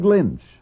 Lynch